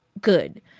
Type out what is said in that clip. good